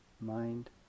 mind